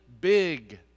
big